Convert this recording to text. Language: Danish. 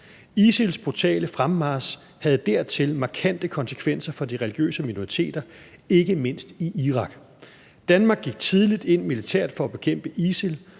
ISIL's brutale fremmarch havde dertil markante konsekvenser for de religiøse minoriteter, ikke mindst i Irak. Danmark gik tidligt ind militært for at bekæmpe ISIL,